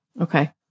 Okay